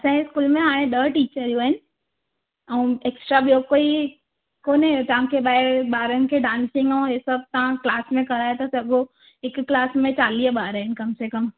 असांजे स्कूल में हाणे ॾह टीचरियूं आहिनि ऐं एक्सट्रा ॿियो कोई कोन्हे तव्हांजे लाइ ॿारनि खे डांसिंग ऐं हे सभु तव्हां क्लास में कराए था सघो हिकु क्लास में चालीह ॿार आहिनि कम से कम